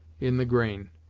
in the grain,